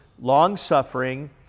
long-suffering